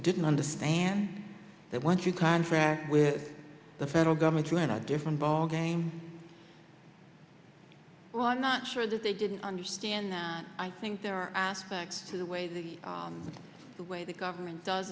didn't understand that once you contract with the federal government you in a different ballgame well i'm not sure that they didn't understand that i think there are aspects to the way that the way the government does